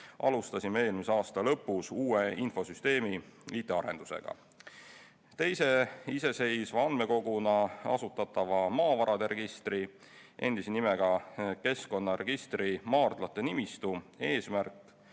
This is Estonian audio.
alustasime eelmise aasta lõpus uue infosüsteemi IT-arendust. Teise iseseisva andmekoguna asutatava maavarade registri, endise nimega keskkonnaregistri maardlate nimistu eesmärk